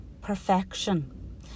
perfection